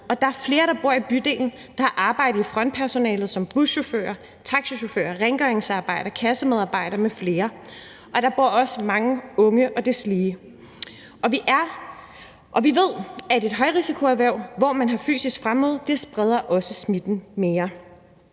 Og der er flere, der bor i bydelen, som har arbejde som frontpersonale som buschauffører, taxachauffører, rengøringsarbejdere, kassemedarbejdere m.fl., og der bor også mange unge og deslige. Og vi ved, at et højrisikoerhverv, hvor man har fysisk fremmøde, også spreder smitten mere.